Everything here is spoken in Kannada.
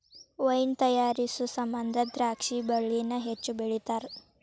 ವೈನ್ ತಯಾರಿಸು ಸಮಂದ ದ್ರಾಕ್ಷಿ ಬಳ್ಳಿನ ಹೆಚ್ಚು ಬೆಳಿತಾರ